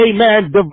amen